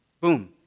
Boom